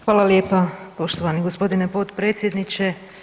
Hvala lijepa poštovani g. potpredsjedniče.